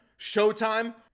Showtime